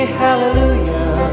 hallelujah